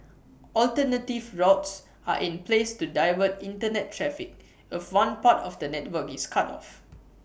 alternative routes are in place to divert Internet traffic if one part of the network is cut off